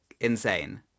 insane